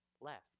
left